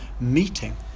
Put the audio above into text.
meeting